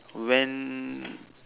when